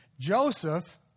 Joseph